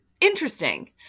Interesting